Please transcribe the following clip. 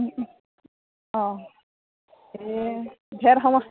অঁ এই ধেৰ